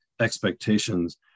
expectations